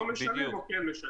לא משלם או כן משלם.